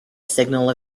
signal